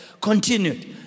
continued